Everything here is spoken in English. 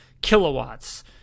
kilowatts